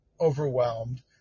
overwhelmed